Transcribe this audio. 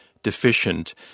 deficient